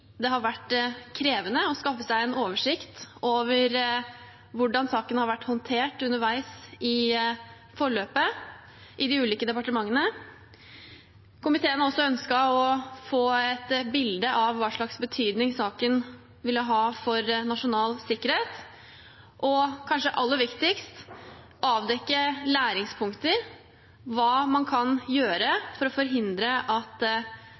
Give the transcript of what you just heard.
det har vært krevende å skaffe seg en oversikt over hvordan saken har vært håndtert underveis i forløpet i de ulike departementene. Komiteen har også ønsket å få et bilde av hva slags betydning saken ville ha for nasjonal sikkerhet og, kanskje aller viktigst, avdekke læringspunkter – hva man kan gjøre for å forhindre at